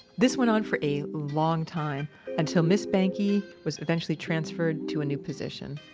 this went on for a long time until miss banky was eventually transferred to a new position